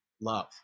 love